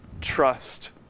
trust